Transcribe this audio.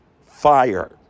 fire